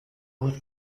would